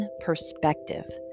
perspective